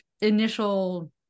initial